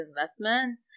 investment